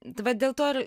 tai vat dėl to ir